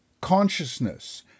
consciousness